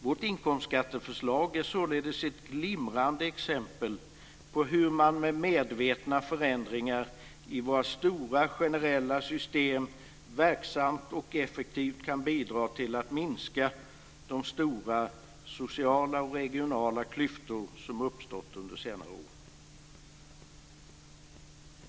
Vårt inkomstskatteförslag är således ett glimrande exempel på hur man med medvetna förändringar i våra stora generella system verksamt och effektivt kan bidra till att minska de stora sociala och regionala klyftor som uppstått under senare år.